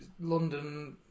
London